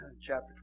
chapter